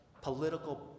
political